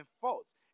faults